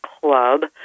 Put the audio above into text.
Club